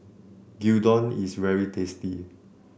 Gyudon is very tasty